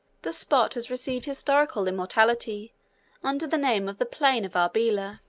the spot has received historical immortality under the name of the plain of arbela.